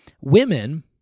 Women